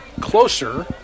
closer